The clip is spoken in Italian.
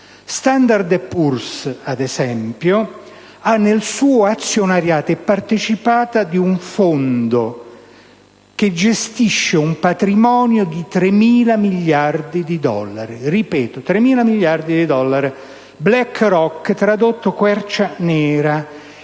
Standard & Poor's *-* ad esempio - è partecipata di un fondo che gestisce un patrimonio di 3.000 miliardi di dollari, ripeto 3.000 miliardi di dollari, BlackRock (tradotto: roccia nera),